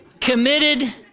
committed